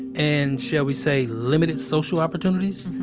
and shall we say, limited social opportunities.